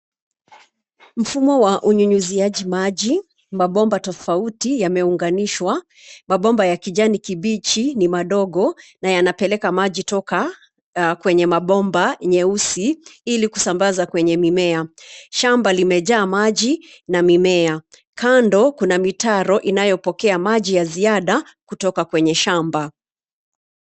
Mfumo wa unyunyuziaji maji, mabomba tofauti yameunganishwa. Mabomba ya kijani kibichi ni madogo, na yanapeleka maji toka kwenye mabomba nyeusi, ili kusambaza kwenye mimea. Shamba limejaa maji, na mimea. Kando, kuna mitaro inayopokea maji ya ziada kutoka kwenye shamba.